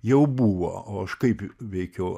jau buvo o aš kaip veikiau